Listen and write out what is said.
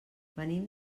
venim